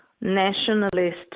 nationalist